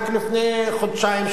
רק לפני חודשיים,